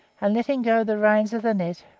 and letting go the reins of the net,